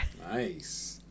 Nice